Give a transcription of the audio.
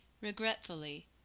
Regretfully